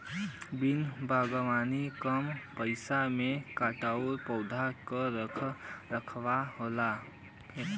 वन बागवानी कम पइसा में टिकाऊ पौधा क रख रखाव होला